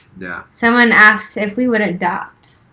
yeah. someone asked if we would adopt.